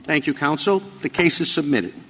thank you counsel the case is submitted